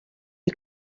you